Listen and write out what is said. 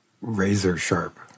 razor-sharp